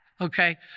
Okay